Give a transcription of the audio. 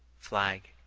flag,